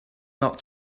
not